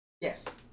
Yes